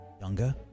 younger